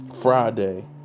Friday